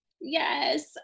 Yes